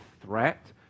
threat